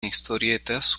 historietas